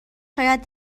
شاید